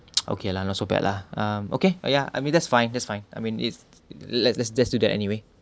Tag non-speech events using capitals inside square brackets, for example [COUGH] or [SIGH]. [NOISE] okay lah not so bad lah um okay ah ya I mean that's fine that's fine I mean it's let's let's just do that anyway